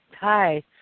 Hi